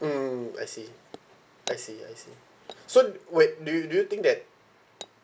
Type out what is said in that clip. mm I see I see I see so wait do you do you think that